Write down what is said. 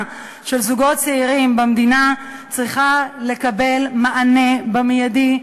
של זוגות צעירים במדינה צריכות לקבל מענה מיידי,